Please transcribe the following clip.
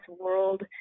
world